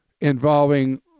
involving